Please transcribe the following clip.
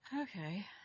Okay